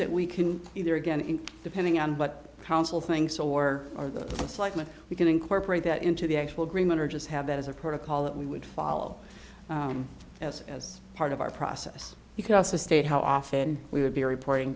that we can either again in depending on what council things or it's likely we can incorporate that into the actual agreement or just have that as a protocol that we would follow as as part of our process you can also state how often we would be reporting